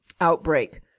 outbreak